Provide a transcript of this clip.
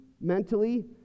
mentally